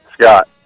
Scott